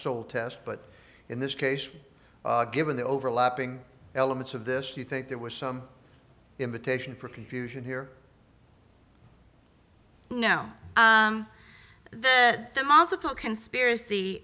sole test but in this case given the overlapping elements of this you think there was some invitation for confusion here no the multiple conspiracy